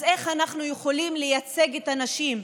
אז איך אנחנו יכולים לייצג את הנשים,